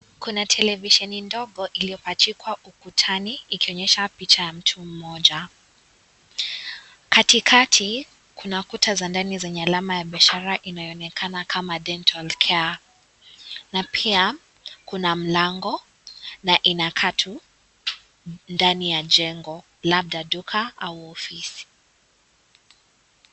Kuna televisheni ndogo ilipajikwa ukutani ikionyesha picha ya mtu mmoja, katikati kuna kuta za ndani zenye alama ya biashara inayonekana kama (CS) dental care(CS)na pia kuna mlango na inakaa tu ndani ya jengo labda duka au ofisi.